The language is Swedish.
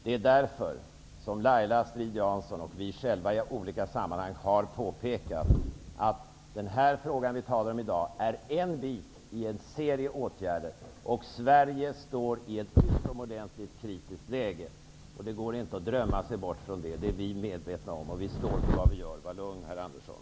Det är därför som Laila Strid-Jansson och vi andra i olika sammanhang har påpekat att den fråga som vi här talar om i dag är ett inslag i en serie åtgärder och att Sverige står i ett utomordentligt kritiskt läge. Det går inte att drömma sig bort från det. Det är vi medvetna om, och herr Andersson kan vara lugn för att vi står för vad vi gör.